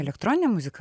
elektroninė muzika